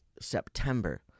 September